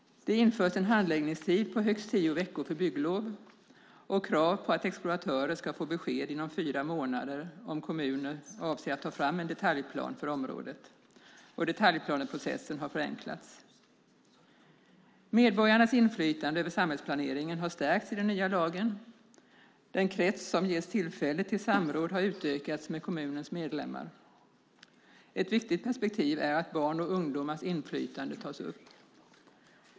Det införs en handläggningstid på högst tio veckor för bygglov och krav på att exploatörer ska få besked inom fyra månader om huruvida kommunen avser att ta fram en detaljplan för området. Detaljplaneprocessen har också förenklats. Medborgarnas inflytande över samhällsplaneringen har stärkts i den nya lagen. Den krets som ges tillfälle till samråd har utökats med kommunens medlemmar. Ett viktigt perspektiv är att barn och ungdomars inflytande tas upp.